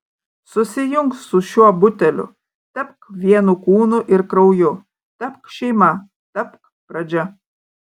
susijunk su šiuo buteliu tapk vienu kūnu ir krauju tapk šeima tapk pradžia